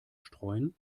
streuen